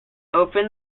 open